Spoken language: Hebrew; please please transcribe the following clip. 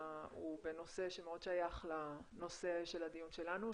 הוא בנושא שמאוד שייך לנושא של הדיון שלנו.